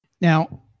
Now